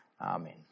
Amen